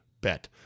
bet